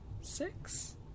six